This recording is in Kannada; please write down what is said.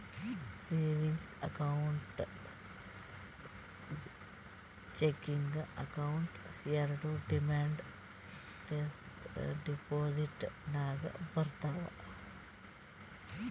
ಸೇವಿಂಗ್ಸ್ ಅಕೌಂಟ್, ಚೆಕಿಂಗ್ ಅಕೌಂಟ್ ಎರೆಡು ಡಿಮಾಂಡ್ ಡೆಪೋಸಿಟ್ ನಾಗೆ ಬರ್ತಾವ್